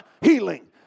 healing